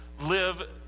live